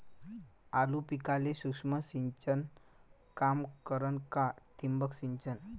आलू पिकाले सूक्ष्म सिंचन काम करन का ठिबक सिंचन?